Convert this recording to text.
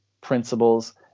principles